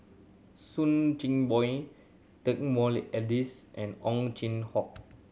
Soo Chin Bue Joaquim D'Almeida and Ow Chin Hock